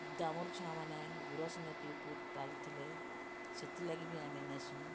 ଦାମୁର୍ ଛୁଆମାନେ ଗୁରସ୍ ନାଇଁ ପିଇ ପାରୁଥିଲେ ସେଥିର୍ଲାଗି ବି ଆମେ ନେସୁଁ